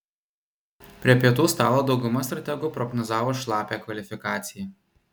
prie pietų stalo dauguma strategų prognozavo šlapią kvalifikaciją